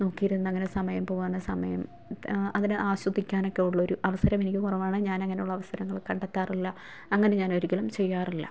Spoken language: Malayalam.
നോക്കിയിരുന്ന് അങ്ങനെ സമയം പോവാൻ സമയം അങ്ങനെ ആസ്വദിക്കാനൊക്കെ ഉള്ളൊരു അവസരം എനിക്ക് കുറവാണ് ഞാന് അങ്ങനെയുള്ള അവസരങ്ങൾ കണ്ടെത്താറില്ല അങ്ങനെ ഞാന് ഒരിക്കലും ചെയ്യാറില്ല